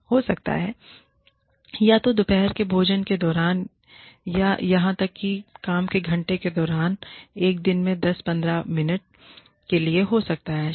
हो सकता है या तो दोपहर के भोजन के दौरान या यहां तक कि काम के घंटे के दौरान एक दिन में 10 15 मिनट के लिए हो सकता है